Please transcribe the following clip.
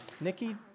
Nikki